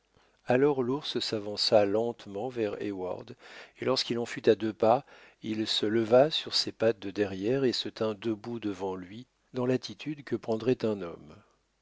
alors l'ours s'avança lentement vers heyward et lorsqu'il en fut à deux pas il se leva sur ses pattes de derrière et se tint debout devant lui dans l'attitude que prendrait un homme